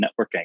networking